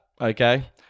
Okay